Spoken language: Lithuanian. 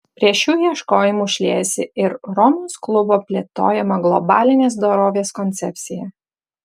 prie šių ieškojimų šliejasi ir romos klubo plėtojama globalinės dorovės koncepcija